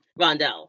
Rondell